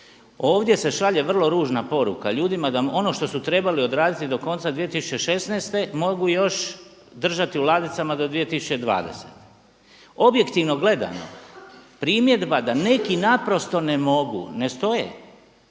Ovdje se šalje vrlo ružna poruka ljudima da ono što su trebali odraditi do konca 2016. mogu još držati u ladicama do 2020. Objektivno gledano primjedba da neki naprosto ne mogu ne stoje.